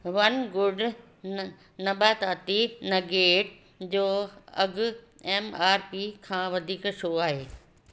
one गुड न नबाताती नगेट जो अघि एम आर पी खां वधीक छो आहे